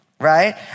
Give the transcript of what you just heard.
right